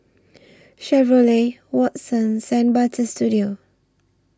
Chevrolet Watsons and Butter Studio